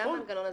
זה המנגנון קובע.